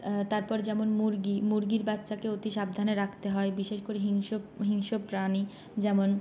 তারপর যেমন মুরগি মুরগির বাচ্চাকেও অতি সাবধানে রাখতে হয় বিশেষ করে হিংস্র হিংস্র প্রাণী যেমন